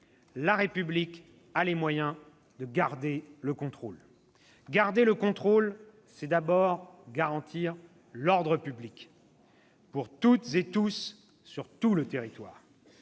la République a les moyens de garder le contrôle. « Garder le contrôle, c'est d'abord garantir l'ordre public pour tous et sur tout le territoire.